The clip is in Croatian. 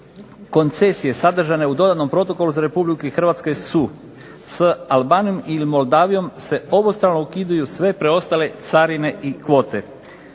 Koncesije sadržane u dodatno protokolu za RH su: s Albanijom i Moldavijom se obostrano ukidaju sve preostale carine i kvote.